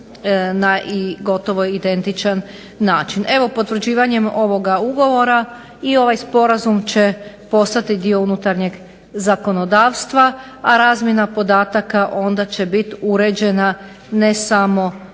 na gotovo identičan način. Evo potvrđivanjem ovog ugovora i ovaj sporazum će postati dio unutarnjeg zakonodavstva, a razmjena podataka onda će biti uređena ne samo na